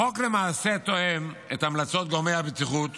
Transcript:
החוק למעשה תואם את המלצות גורמי הבטיחות